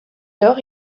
lors